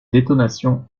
détonation